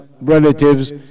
relatives